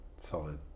solid